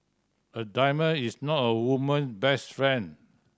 a diamond is not a woman best friend